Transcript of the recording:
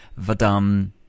Vadam